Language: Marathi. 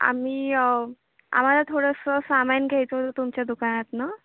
आम्ही आम्हाला थोडंसं सामान घ्यायचं होतं तुमच्या दुकानातनं